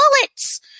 bullets